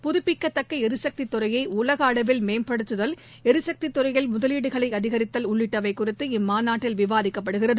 புதுப்பிக்க தக்க எரிசக்தி துறையை உலக அளவில் மேம்படுத்துதல் ளரிசக்தி துறையில் முதலீடுகளை அதிகரித்தல் உள்ளிட்டவை குறித்து இம்மாநாட்டில் விவாதிக்கப்படுகிறது